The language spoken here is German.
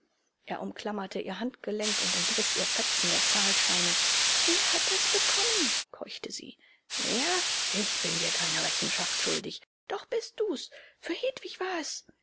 er umklammerte ihr handgelenk und entriß ihr fetzen der zahlscheine wer hat das bekommen keuchte sie wer ich bin dir keine rechenschaft schuldig doch bist du's für hedwig war es